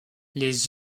les